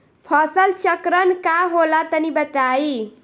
फसल चक्रण का होला तनि बताई?